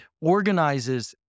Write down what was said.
organizes